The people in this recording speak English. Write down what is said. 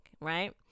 Right